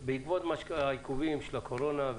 עוד שאלה: בעקבות העיכובים של הקורונה,